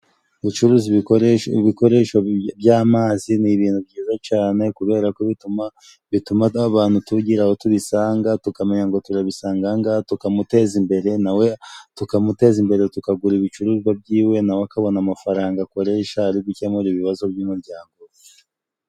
Gucuruza ibikoresho by'amazi， ni ibintu byiza cane，kubera ko bituma abantu tugira aho tubisanga，tukamenya ngo turabisanga ahangaha， tukamuteza imbere， nawe tukamuteza imbere tukagura ibicuruzwa by'iwe， nawe akabona amafaranga akoresha ari gukemura ibibazo by'umuryango.